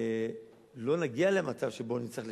לא נגיע למצב שבו נצטרך לפזר.